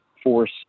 force